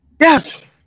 Yes